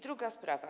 Druga sprawa.